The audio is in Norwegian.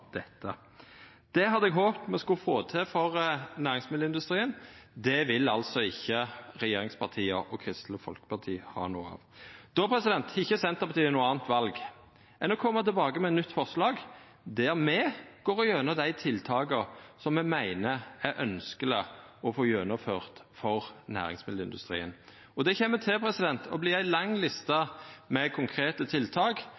dette. Det hadde eg håpt me skulle få til for næringsmiddelindustrien. Det vil altså ikkje regjeringspartia og Kristeleg Folkeparti ha noko av. Då har ikkje Senterpartiet noko anna val enn å koma tilbake med eit nytt forslag, der me går gjennom dei tiltaka som me meiner er ønskjeleg å få gjennomført for næringsmiddelindustrien. Det kjem til å verta ei lang liste med konkrete tiltak.